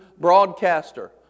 broadcaster